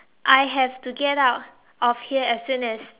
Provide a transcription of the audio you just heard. I have to get out of here as soon as